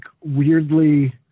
weirdly –